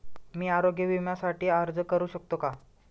मी आरोग्य विम्यासाठी अर्ज करू शकतो का?